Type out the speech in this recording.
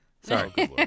Sorry